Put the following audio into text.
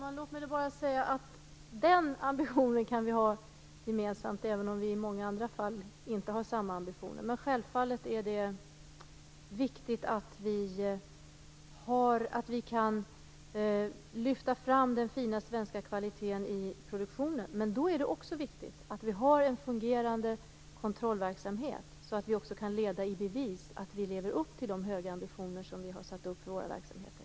Fru talman! Den ambitionen kan vi ha gemensamt, även om vi i många andra fall inte har samma ambitioner. Självfallet är det viktigt att vi kan lyfta fram den fina svenska kvaliteten i produktionen. Men det är också viktigt att vi har en fungerande kontrollverksamhet, så att vi kan leda i bevis att vi lever upp till de höga ambitioner som vi har satt upp för våra verksamheter.